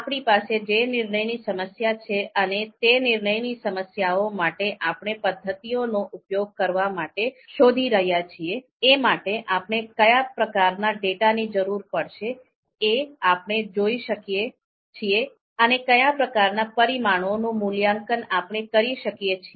આપણી પાસે જે નિર્ણયની સમસ્યા છે અને તે નિર્ણયની સમસ્યાઓ માટે આપણે પદ્ધતિઓનો ઉપયોગ કરવા માટે શોધી રહ્યા છીએ એ માટે આપણે આપણે કયા પ્રકારનાં ડેટાની જરૂર પડશે એ આપણે જોઈ શકીએ છીએ અને કયા પ્રકારનાં પરિમાણોનું મૂલ્યાંકન આપણે કરી શકીએ છીએ